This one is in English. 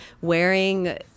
wearing